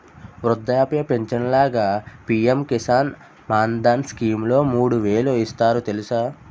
వృద్ధాప్య పించను లాగా పి.ఎం కిసాన్ మాన్ధన్ స్కీంలో మూడు వేలు ఇస్తారు తెలుసా?